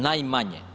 Najmanje.